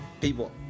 People